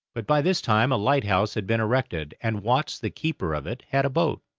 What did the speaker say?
but by this time a lighthouse had been erected, and watts the keeper of it had a boat,